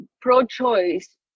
pro-choice